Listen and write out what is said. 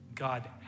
God